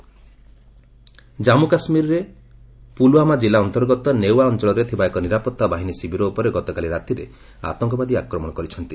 JK attack Jammu କାଶ୍ମୀରର ପୁଲଓ୍ବାମା ଜିଲ୍ଲା ଅନ୍ତର୍ଗତ ନେଓ୍ବା ଅଞ୍ଚଳରେ ଥିବା ଏକ ନିରାପତ୍ତା ବାହିନୀ ଶିବିର ଉପରେ ଗତକାଲି ରାତିରେ ଆତଙ୍କବାଦୀ ଆକ୍ରମଣ କରିଛନ୍ତି